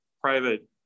private